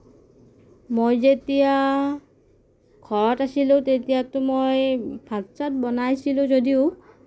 মই যেতিয়া ঘৰত আছিলোঁ তেতিয়াটো মই ভাত চাত বনাইছিলোঁ যদিও